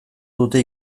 dute